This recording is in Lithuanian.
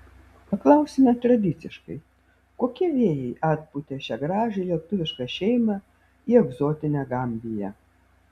paklausime tradiciškai kokie vėjai atpūtė šią gražią lietuvišką šeimą į egzotinę gambiją